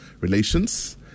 relations